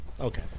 Okay